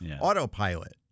autopilot